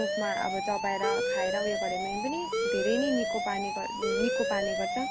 मुखमा अब चपाएर खाएर उयो गऱ्यो भने पनि धेरै नै निको पार्ने निको पार्ने गर्छ